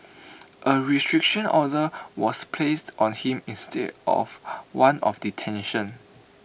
A restriction order was placed on him instead of one of detention